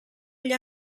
agli